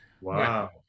Wow